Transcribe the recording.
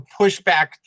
pushback